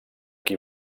qui